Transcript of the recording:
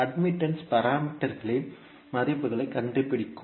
admittance பாராமீட்டர்களின் மதிப்புகளைக் கண்டுபிடிக்கும்